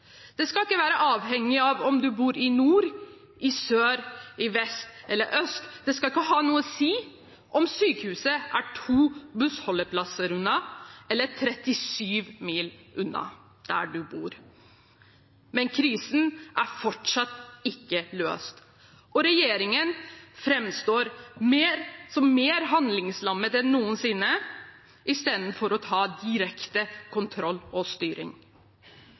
Det skal ikke være avhengig av om du bor i nord, i sør, i vest eller øst, det skal ikke ha noe å si om sykehuset er to bussholdeplasser unna eller 37 mil unna der du bor. Men krisen er fortsatt ikke løst, og regjeringen framstår som mer handlingslammet enn noensinne, istedenfor å ta direkte kontroll og styring.